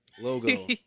logo